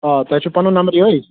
آ تۄہہِ چھُو پنُن نمبر یہٕے